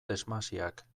desmasiak